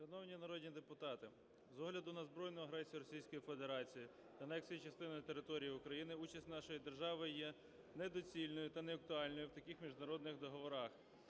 Шановні народні депутати, з огляду на збройну агресію Російської Федерації та анексію частини території України участь нашої держави є недоцільною та неактуальною в таких міжнародних договорах: